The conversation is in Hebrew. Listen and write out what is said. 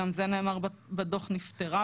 גם זה נאמר בדוח נפתרה,